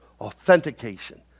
authentication